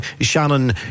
Shannon